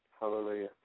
Hallelujah